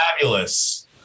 fabulous